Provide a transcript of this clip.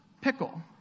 pickle